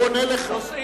הוא עונה לך.